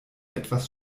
etwas